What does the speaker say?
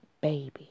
baby